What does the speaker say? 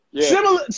similar